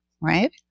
right